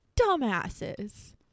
dumbasses